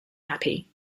happy